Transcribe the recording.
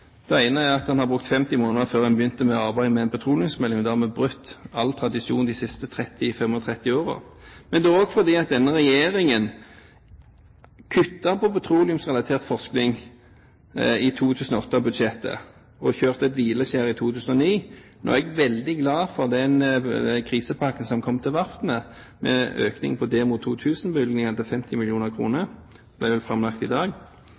har brukt 50 måneder før en begynte å arbeide med en petroleumsmelding – og dermed har brutt all tradisjon de siste 30–35 årene – men det er også fordi denne regjeringen kuttet i petroleumsrelatert forskning i 2008-budsjettet og kjørte et hvileskjær i 2009. Jeg er veldig glad for den krisepakken som kom til verftene, med en økning på Demo 2000-bevilgningene på 50 mill. kr. Det er framlagt i dag.